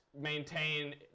maintain